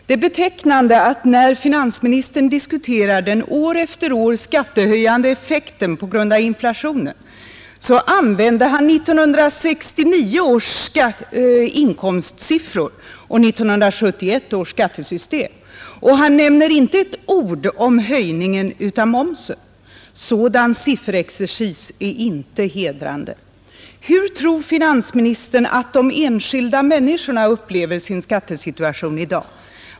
Det är betecknande att när finansministern diskuterar den år efter år skattehöjande effekten på grund av inflationen, så använder han 1969 års inkomstsiffror och 1971 års skattesystem, och han säger inte ett ord om höjningen av momsen. Sådan sifferexercis är inte hedrande. Hur tror finansministern att de enskilda människorna upplever sin skattesituation i dag?